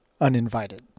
uninvited